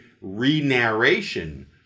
re-narration